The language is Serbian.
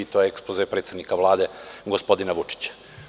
To je ekspoze predsednika Vlade gospodina Vučića.